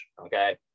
okay